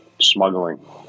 smuggling